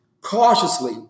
Cautiously